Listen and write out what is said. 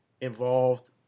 involved